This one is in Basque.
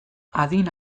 adin